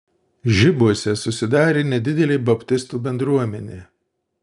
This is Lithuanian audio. žibuose susidarė nedidelė baptistų bendruomenė